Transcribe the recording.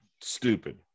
stupid